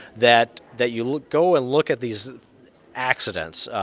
that that you look go and look at these accidents.